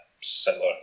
similar